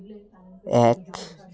এক